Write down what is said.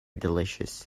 delicious